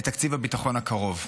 את תקציב הביטחון הקרוב.